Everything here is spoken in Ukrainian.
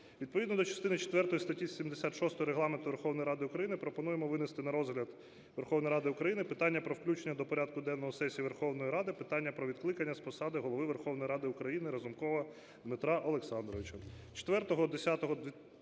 Відповідно до частини четвертої статті 76 Регламенту Верховної Ради України пропонуємо винести на розгляд Верховної Ради України питання про включення до порядку денного сесії Верховної Ради питання про відкликання з посади Голови Верховної Ради України Разумкова Дмитра Олександровича.